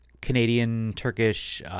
Canadian-Turkish